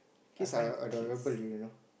kids are adorable you know